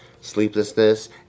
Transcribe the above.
sleeplessness